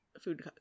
food